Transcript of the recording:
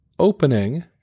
opening